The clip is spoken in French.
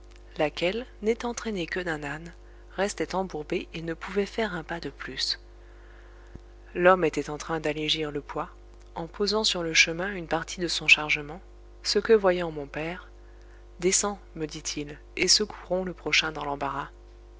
laquelle n'étant traînée que d'un âne restait embourbée et ne pouvait faire un pas de plus l'homme était en train d'allégir le poids en posant sur le chemin une partie de son chargement ce que voyant mon père descends me dit-il et secourons le prochain dans l'embarras